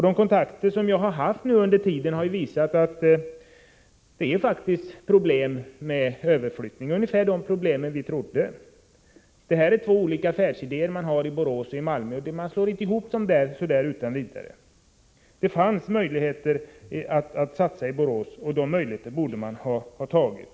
De kontakter som jag har haft under hand har visat att det är problem förenade med överflyttningen — ungefär de problem som vi trodde skulle uppstå. Det rör sig om två olika affärsidéer i Borås och i Malmö, och man kan inte utan vidare slå ihop dem. Det fanns möjligheter att satsa i Borås, och de möjligheterna borde ha utnyttjats.